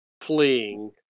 fleeing